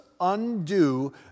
undo